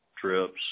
trips